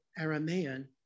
Aramean